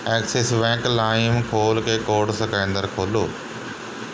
Axis Bank ਲਾਇਮ ਖੋਲ੍ਹ ਕੇ ਕੋਡ ਸਕੈਨਰ ਖੋਲ੍ਹੋ